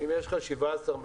אם יש לך 17 מיליארד